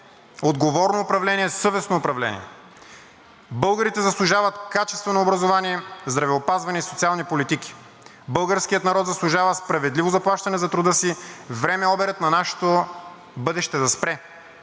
отговорно управление, съвестно управление. Българите заслужават качествено образование, здравеопазване и социални политики. Българският народ заслужава справедливо заплащане за труда си, време е обирът на нашето бъдеще да спре.